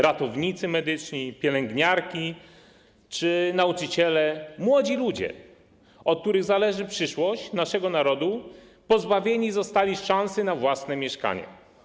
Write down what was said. Ratownicy medyczni, pielęgniarki czy nauczyciele - młodzi ludzie, od których zależy przyszłość naszego narodu, pozbawieni zostali szansy na własne mieszkanie.